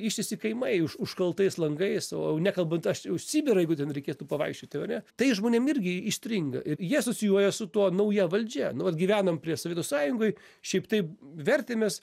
ištisi kaimai už užkaltais langais o jau nekalbant aš jau sibirą jeigu ten reikėtų pavaikščioti ane tai žmonėm irgi įstringa ir jie asocijuoja su tuo nauja valdžia nu vat gyvenom prie sovietų sąjungoj šiaip taip vertėmės